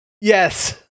Yes